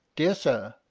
dear sir,